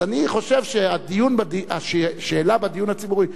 אז אני חושב שהשאלה בדיון הציבורי,